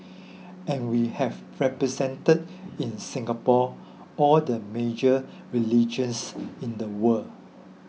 and we have represented in Singapore all the major religions in the world